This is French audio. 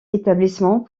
établissement